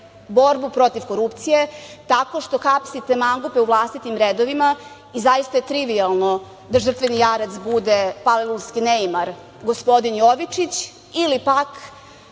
borbu protiv korupcije tako što hapsite mangupe u vlastitim redovima i zaista je trivijalno da žrtveni jarac bude palilulski neimar gospodin Jovičić ili pak